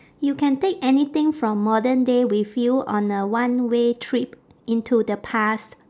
you can take anything from modern day with you on a one way trip into the past